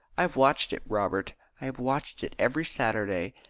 i have watched it, robert i have watched it every saturday,